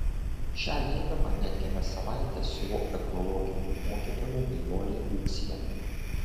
šią vėliavą net kelias savaites siuvo technologijų mokytoja nijolė jucienė